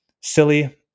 silly